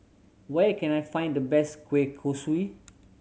where can I find the best kueh kosui